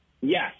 Yes